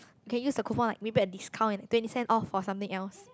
can use the coupon like maybe a discount and twenty cents off for something else